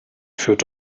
führt